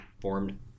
formed